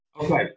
Okay